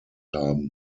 haben